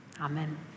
Amen